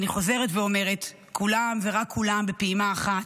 ואני חוזרת ואומרת: כולם, ורק כולם, בפעימה אחת,